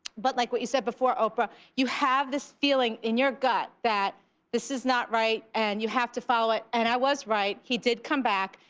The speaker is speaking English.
but like what you said before, oprah, you have this feeling in your gut that this is not right and you have to follow it. and i was right. he did come back.